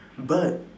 but